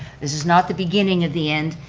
this is not the beginning of the end,